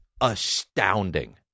astounding